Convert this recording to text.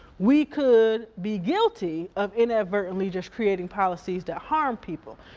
we could be guilty of inadvertently just creating policies that harm people.